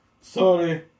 Sorry